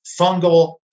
fungal